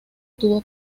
tuvo